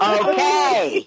okay